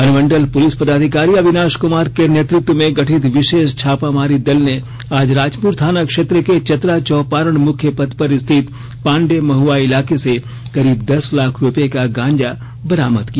अनुमंडल पुलिस पदाधिकारी अविनाश कुमार के नेतृत्व में गठित विशेष छापामारी दल ने आज राजपुर थाना क्षेत्र के चतरा चौपारण मुख्य पथ पर स्थित पांडे महआ इलाके से करीब दस लाख रुपये का गांजा बरामद किया